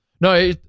No